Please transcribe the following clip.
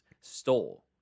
stole